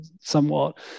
somewhat